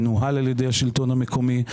מנוהל על ידי השלטון המקומי.